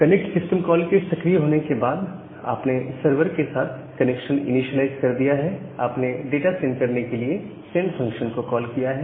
connect system call के सक्रिय होने के बाद आपने सर्वर के साथ कनेक्शन इनीशिएलाइज कर दिया है आपने डाटा सेंड करने के लिए सेंड फंक्शन को कॉल किया है